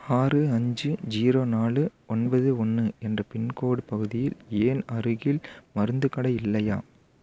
ஆறு அஞ்சு ஜீரோ நாலு ஒன்பது ஒன்று என்ற பின்கோடு பகுதியில் ஏன் அருகில் மருந்துக் கடை இல்லையா